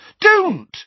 Don't